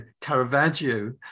Caravaggio